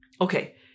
Okay